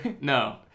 no